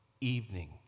evening